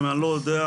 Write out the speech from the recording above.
אני לא יודע,